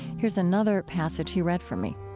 here's another passage he read for me